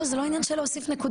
לא, זה לא עניין של להוסיף נקודות.